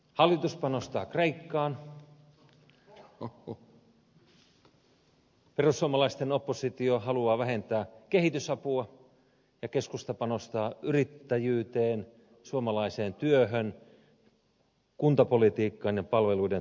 hallitus panostaa kreikkaan perussuomalaisten oppositio haluaa vähentää kehitysapua ja keskusta panostaa yrittäjyyteen suomalaiseen työhön kuntapolitiikkaan ja palveluiden turvaamiseen